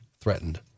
threatened